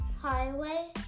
Highway